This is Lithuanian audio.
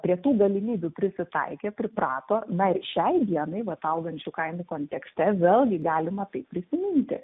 prie tų galimybių prisitaikė priprato na ir šiai dienai vat augančių kainų kontekste vėlgi galima tai prisiminti